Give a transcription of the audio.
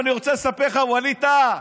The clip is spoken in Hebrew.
אני רוצה לספר לך, ווליד טאהא: